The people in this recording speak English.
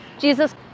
Jesus